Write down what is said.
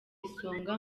isonga